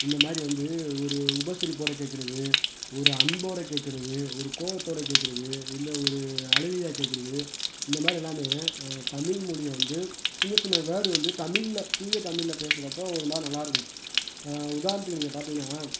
இந்த மாதிரி வந்து ஒரு உபசரிப்போடு கேட்கறது ஒரு அன்போடு கேட்கறது ஒரு கோவத்தோடு கேட்கறது இல்லை ஒரு அலுவயா கேட்கறது இந்தமாதிரி எல்லாமே தமிழ்மொழிய வந்து சின்ன சின்ன வேர்ட் வந்து தமிழ்ல தூய தமிழ்ல பேசுறப்போ ஒருமாதிரி நல்லாருக்கும் உதாரணத்துக்கு நீங்கள் பார்த்தீங்கன்னா